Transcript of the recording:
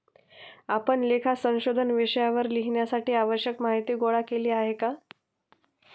आपण लेखा संशोधन विषयावर लिहिण्यासाठी आवश्यक माहीती गोळा केली आहे का?